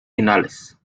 finales